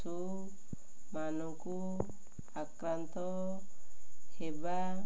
ମାନଙ୍କୁ ଆକ୍ରାନ୍ତ ହେବା